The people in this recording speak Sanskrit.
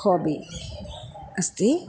होबि अस्ति